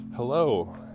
Hello